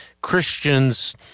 Christians